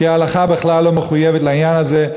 כי ההלכה בכלל לא מחויבת לעניין הזה.